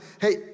Hey